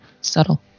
Subtle